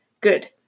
Good